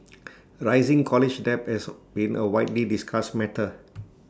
rising college debt has been A widely discussed matter